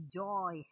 joy